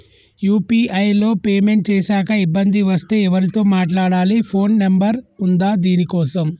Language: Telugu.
యూ.పీ.ఐ లో పేమెంట్ చేశాక ఇబ్బంది వస్తే ఎవరితో మాట్లాడాలి? ఫోన్ నంబర్ ఉందా దీనికోసం?